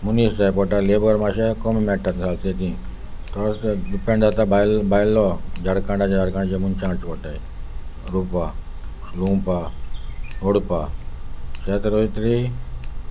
मनीस जाय पडटा लेबर मात्शें कमी मेळटा तशें ती डोस डिपेंड जाता बाय भायलो झडखंडाचे झडक जे मनशचे पडटाय रोवपा लुवपा मोडपा शेत रोयतली